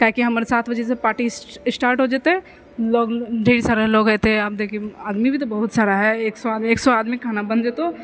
किआकि हमर सात बजेसँ पार्टी स्टार्ट हो जेतै लोग ढ़ेर सारा लोग एतै आब देखही आदमी भी तऽ बहुत सारा हइ एक सए एक सए आदमीके खाना बन जेतौ